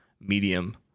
medium